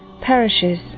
perishes